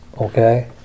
Okay